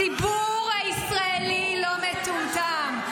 הציבור הישראלי לא מטומטם.